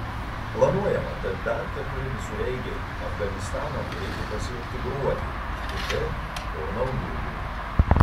planuojama kad dar keturi visureigiai afganistaną turėtų pasiekti gruodį kiti po naujųjų